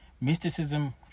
Mysticism